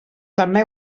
també